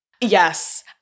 Yes